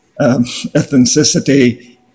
ethnicity